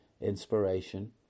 inspiration